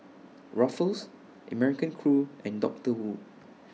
Ruffles American Crew and Doctor Wu